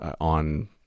on